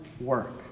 work